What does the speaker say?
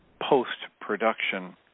post-production